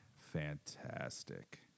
Fantastic